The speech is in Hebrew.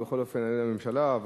הממשלה,